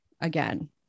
again